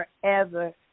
forever